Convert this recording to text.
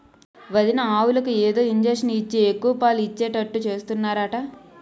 వదినా ఆవులకు ఏదో ఇంజషను ఇచ్చి ఎక్కువ పాలు ఇచ్చేటట్టు చేస్తున్నారట